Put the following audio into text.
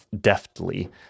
deftly